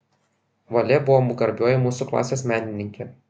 valė buvo gabioji mūsų klasės menininkė